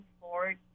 forward